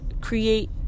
create